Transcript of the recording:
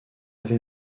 ave